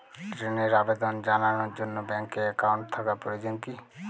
ঋণের আবেদন জানানোর জন্য ব্যাঙ্কে অ্যাকাউন্ট থাকা প্রয়োজন কী?